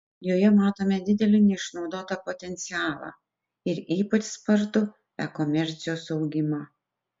joje matome didelį neišnaudotą potencialą ir ypač spartų e komercijos augimą